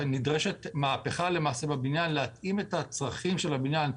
נדרשת מהפיכה למעשה בבניין כדי להתאים את הצרכים של הבניין.